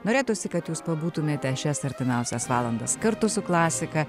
norėtųsi kad jūs pabūtumėte šias artimiausias valandas kartu su klasika